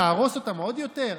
נהרוס אותם עוד יותר.